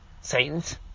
Satan's